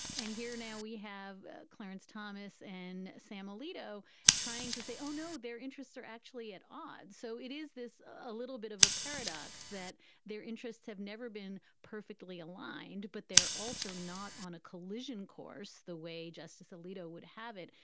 and here now we have clarence thomas and sam alito trying to say, oh, no, their interests are actually at odds. so it is this a little bit of a paradox that their interests have never been perfectly aligned, but they're also not on a collision course the way justice alito would have it.